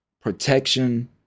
protection